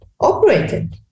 operated